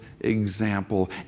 example